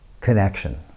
connection